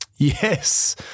Yes